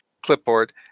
clipboard